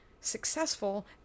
successful